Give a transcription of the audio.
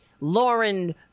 Lauren